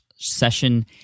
session